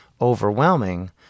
overwhelming